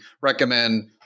recommend